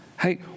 Hey